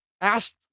asked